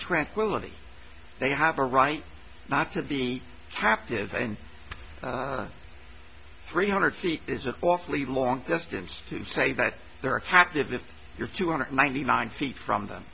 tranquility they have a right not to be captive and three hundred feet is an awfully long distance to say that they're a captive if you're two hundred ninety nine feet from them